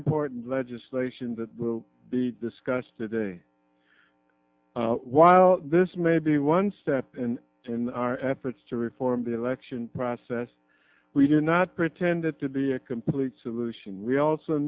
important legislation that will be discussed today while this may be one step in our efforts to reform the election process we do not pretend it to be a complete solution we also